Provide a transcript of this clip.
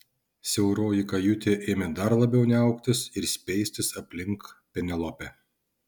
siauroji kajutė ėmė dar labiau niauktis ir speistis aplink penelopę